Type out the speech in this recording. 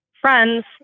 friends